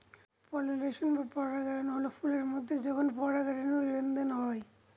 pollination বা পরাগায়ন হল ফুলের মধ্যে যখন পরাগরেনুর লেনদেন হয়